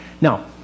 Now